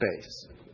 space